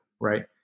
right